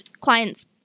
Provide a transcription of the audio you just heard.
client's